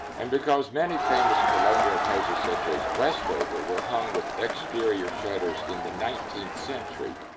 and because many famous colonial houses, such as westover, were hung with exterior shutters in the nineteenth century,